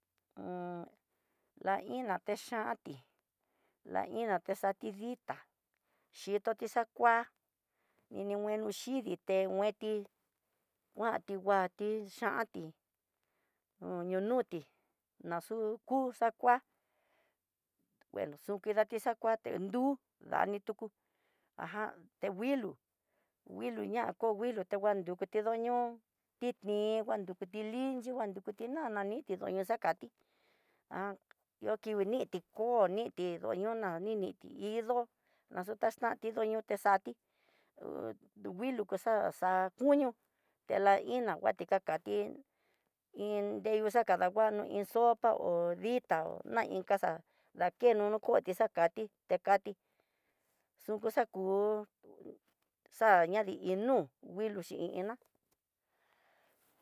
Un la iná techanti, la iná té xati ditá, yitoti xakua in ngueno xhidité ngueti nguenti nguati xa'anti hó ñonuti na tú ku xakua ngueno xu kidati xakuati nru dani tuku ajan té nguilo, nguilo ña kó nguilo te nguen dukuti ndoño tidni nguan nrukuti dii yinguan nrukuti naña diti ndoño xakati há yukinguimiti kó, niti koñona ninti idó naxnatanti doñoti xati hú nguilo kuxa xa'á kuño te la iná nguati kakati iin nreyu xakadanguano iin sopa ho ditá na iin casa dakeno no koti xakati tekati xuku xaku xa'a ñadii nú nguilo xhin iná.